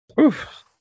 oof